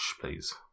please